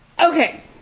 Okay